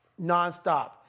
nonstop